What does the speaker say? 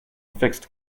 fixed